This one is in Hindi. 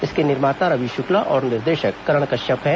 इसके निर्माता रवि शुक्ला और निर्देशक करण कश्यप है